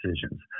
decisions